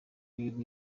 biguha